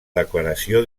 declaració